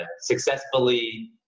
successfully